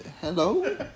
Hello